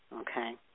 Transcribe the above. okay